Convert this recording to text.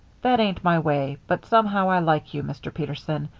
that ain't my way, but somehow i like you, mr. peterson,